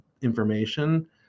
information